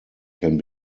can